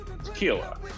tequila